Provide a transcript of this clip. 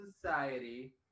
Society